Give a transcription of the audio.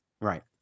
right